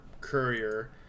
Courier